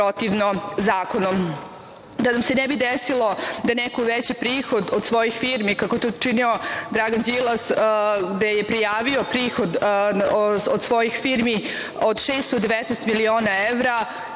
protivno zakonom. Da nam se ne bi desilo da neko uveća prihod od svojih firmi, kako je to učinio Dragan Đilas, gde je prijavio prihod od svojih firmi od 619 miliona evra,